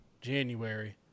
January